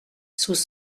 sous